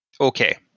Okay